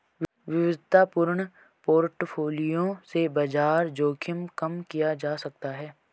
विविधतापूर्ण पोर्टफोलियो से बाजार जोखिम कम किया जा सकता है